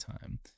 time